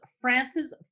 France's